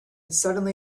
suddenly